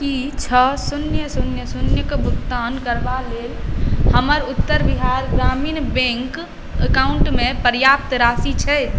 की छओ शून्य शून्य शून्य क भुगतान करबा लेल हमर उत्तर बिहार ग्रामीण बैंक अकाउंट मे पर्याप्त राशि छै